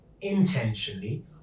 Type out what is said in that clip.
intentionally